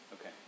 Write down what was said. Okay